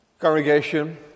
Congregation